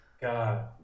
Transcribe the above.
God